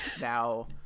now